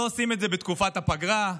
לא עושים בתקופת הפגרה,